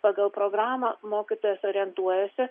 pagal programą mokytojas orientuojasi